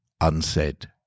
Unsaid